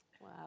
Wow